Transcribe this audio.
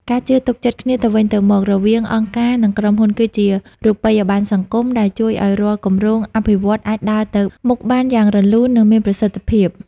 ការជឿទុកចិត្តគ្នាទៅវិញទៅមករវាងអង្គការ និងក្រុមហ៊ុន គឺជា "រូបិយប័ណ្ណសង្គម" ដែលជួយឱ្យរាល់គម្រោងអភិវឌ្ឍន៍អាចដើរទៅមុខបានយ៉ាងរលូន និងមានប្រសិទ្ធភាព។